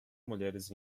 mulheres